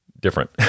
different